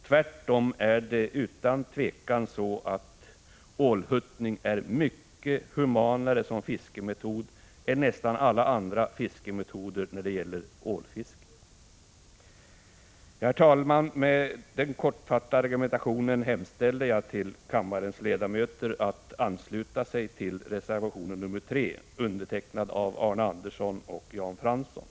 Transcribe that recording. Tvärtom är ålhuttning utan tvivel en mycket humanare fiskemetod än nästan alla andra metoder för ålfiske. Herr talman! Med den här kortfattade argumentationen hemställer jag till kammarens ledamöter att ansluta sig till reservation 3, undertecknad av Arne Andersson i Ljung och Jan Fransson.